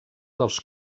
dels